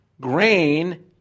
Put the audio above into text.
Grain